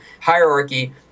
hierarchy